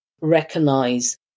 recognize